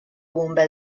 bomba